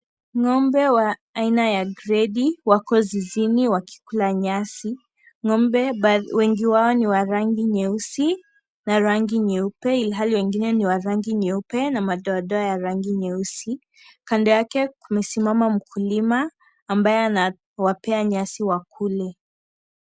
Ng'ombe wa aina ya gredi wako zizini wakikula nyasi. Ng'ombe wengi wao ni wa rangi nyeusi na rangi nyeupe ili hali wengine ni wa rangi nyeupe na madoadoa ya rangi nyeusi. Kando yake kumesimama mkulima ambaye anawapea nyasi wakule.